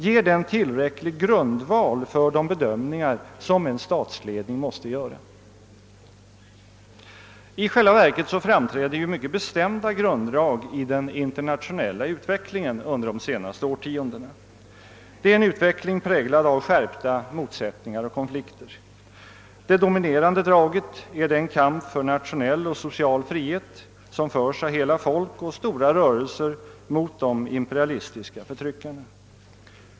Ger den tillräcklig grundval för de bedömningar som en statsledning måste göra? I själva verket framträder mycket bestämda grunddrag i den internationella utvecklingen under de senaste årtiondena. Det är en utveckling präglad av skärpta motsättningar och konflikter. Det dominerande draget är den kamp för nationell och social frihet som förs av hela folk och stora rörelser mot de imperialistiska förtryckarna.